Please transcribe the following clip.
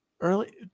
early